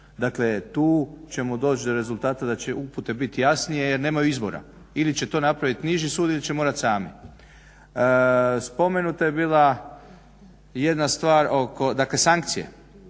Dakle, tu ćemo doć' do rezultata da će upute bit jasnije, jer nemaju izbora. Ili će to napravit niži sud ili će morat sami. Spomenuta je bila i jedna stvar oko, dakle sankcije